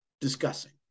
discussing